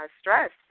stress